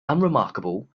unremarkable